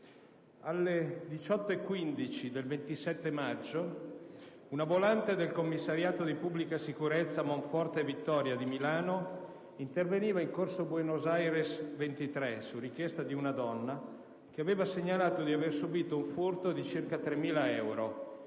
ore 18,15 del 27 maggio una volante del commissariato di pubblica sicurezza Monforte-Vittoria di Milano interveniva in corso Buenos Aires n. 23 su richiesta di una donna che aveva segnalato di aver subito un furto di circa 3.000 euro